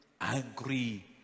angry